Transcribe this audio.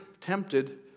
tempted